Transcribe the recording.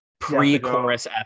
pre-chorus